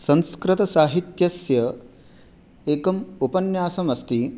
संस्कृतसाहित्यस्य एकम् उपन्यासमस्ति